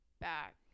back